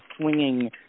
swinging